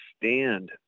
stand